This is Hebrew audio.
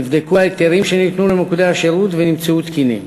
נבדקו ההיתרים שניתנו למוקדי השירות ונמצאו תקינים.